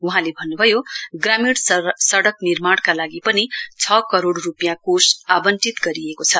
वहाँले भन्नुभयो ग्रामीण सड़क निर्माणका लागि पनि छ करोड़ रूपियाँ कोष आवंटित गरिएको छ